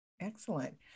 Excellent